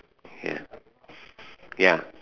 ya ya